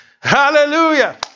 Hallelujah